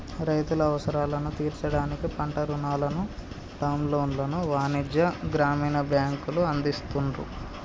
రైతుల అవసరాలను తీర్చడానికి పంట రుణాలను, టర్మ్ లోన్లను వాణిజ్య, గ్రామీణ బ్యాంకులు అందిస్తున్రు